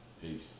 Peace